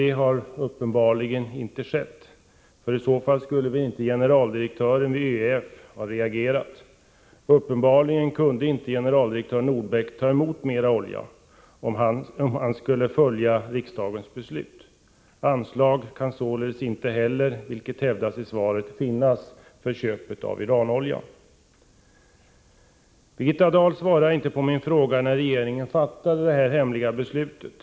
Men det har uppenbarligen inte skett. I så fall skulle väl inte generaldirektören vid ÖEF ha reagerat. Uppenbarligen kunde generaldirektör Nordbeck inte ta emot mera olja, om han nu skulle följa riksdagens beslut. Anslag kan således inte heller finnas, vilket hävdas i svaret, för köp av Iranolja. Birgitta Dahl svarar inte på min fråga om när regeringen fattade det här hemliga beslutet.